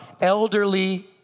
elderly